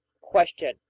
Question